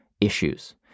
issues